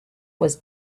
was